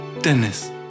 Dennis